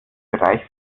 bereich